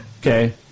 Okay